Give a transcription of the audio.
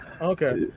okay